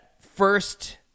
first